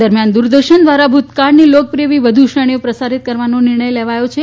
દરમિયાન દૂરદર્શન દ્વારા ભૂતકાળની લોકપ્રિય એવી વધુ શ્રેણીઓ પ્રસારિત કરવાનો નિર્ણય લેવાયો છે